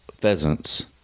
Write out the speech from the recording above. pheasants